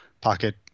pocket